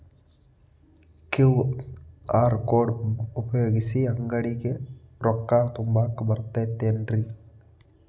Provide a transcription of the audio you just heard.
QR code ಉಪಯೋಗಿಸಿ, ಅಂಗಡಿಗೆ ರೊಕ್ಕಾ ತುಂಬಾಕ್ ಬರತೈತೇನ್ರೇ?